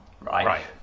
right